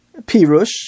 Pirush